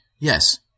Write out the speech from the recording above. yes